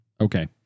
Okay